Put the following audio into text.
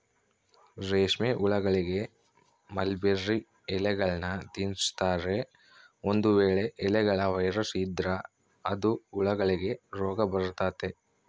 ರೇಷ್ಮೆಹುಳಗಳಿಗೆ ಮಲ್ಬೆರ್ರಿ ಎಲೆಗಳ್ನ ತಿನ್ಸ್ತಾರೆ, ಒಂದು ವೇಳೆ ಎಲೆಗಳ ವೈರಸ್ ಇದ್ರ ಅದು ಹುಳಗಳಿಗೆ ರೋಗಬರತತೆ